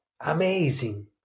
amazing